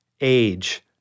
age